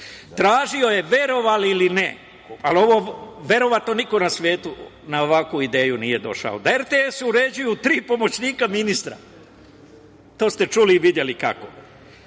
Tražio je verovali ili ne, ali verovatno niko na svetu na ovakvu ideju nije došao, da RTS uređuju tri pomoćnika ministra. To ste čuli i videli kako.